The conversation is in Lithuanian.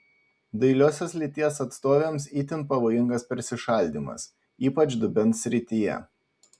dailiosios lyties atstovėms itin pavojingas persišaldymas ypač dubens srityje